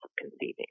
conceiving